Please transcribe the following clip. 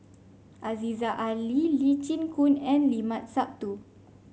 Aziza Ali Lee Chin Koon and Limat Sabtu